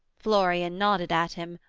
florian nodded at him,